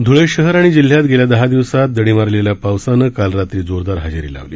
ध्रळे शहर आणि जिल्ह्यात गेल्या दहा दिवसात दडी मारलेल्या पावसानं काल रात्री जोरदार हजेरी लावली